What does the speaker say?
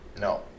No